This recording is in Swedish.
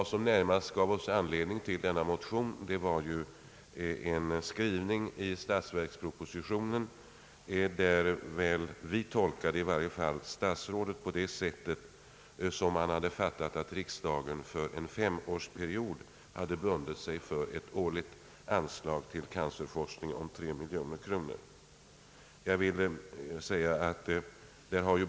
Vad som närmast föranledde våra motioner var en skrivning i statsverkspropositionen som vi tolkade så att statsrådet hade fattat att riksdagen för en femårsperiod hade bundit sig för ett årligt anslag till cancerforskning om 3 miljoner.